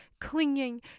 clinging